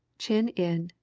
chin in,